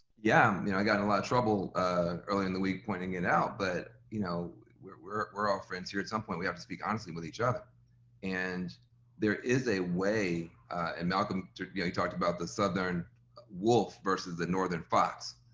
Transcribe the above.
yeah, you know, i got into a lot of trouble earlier in the week, pointing it out but, you know, we're all friends here, at some point we have to speak honestly with each other and there is a way and malcolm, you know, he talked about the southern wolf versus the northern fox,